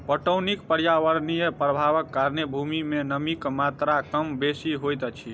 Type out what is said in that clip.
पटौनीक पर्यावरणीय प्रभावक कारणेँ भूमि मे नमीक मात्रा कम बेसी होइत अछि